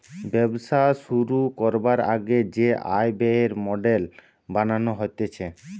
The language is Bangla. ব্যবসা শুরু করবার আগে যে আয় ব্যয়ের মডেল বানানো হতিছে